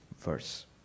verse